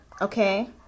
Okay